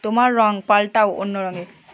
তোমার রঙ পাল্টাও অন্য রঙে